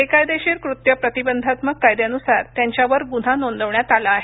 बेकायदेशीर कृत्य प्रतिबंधात्मक कायद्या नुसार त्यांच्यावर गुन्हा नोंदवण्यात आला आहे